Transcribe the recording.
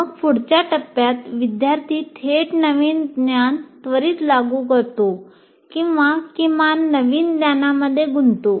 मग पुढच्या टप्प्यात विद्यार्थी थेट नवीन ज्ञान त्वरित लागू करतो किंवा किमान नवीन ज्ञानामध्ये गुंततो